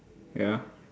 ya